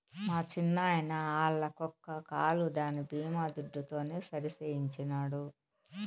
మా చిన్నాయిన ఆల్ల కుక్క కాలు దాని బీమా దుడ్డుతోనే సరిసేయించినాడు